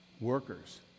Workers